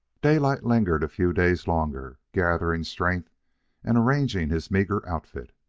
daylight lingered a few days longer, gathering strength and arranging his meagre outfit.